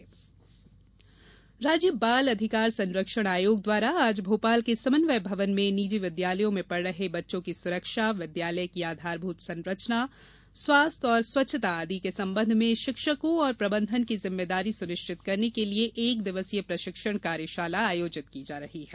शिक्षक प्रशिक्षण राज्य बाल अधिकार संरक्षण आयोग द्वारा आज भोपाल के समन्वय भवन में निजी विद्यालयों में पढ़ रहे बच्चों की सुरक्षा विद्यालय की आधारभूत संरचना स्वास्थ्य और स्वच्छता आदि के संबंध में शिक्षकों और प्रबंधन की जिम्मेदारी सुनिश्चित करने के लिए एक दिवसीय प्रशिक्षण कार्यशाला आयोजित की जा रही है